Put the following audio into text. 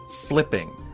flipping